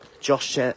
Josh